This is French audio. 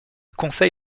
conseil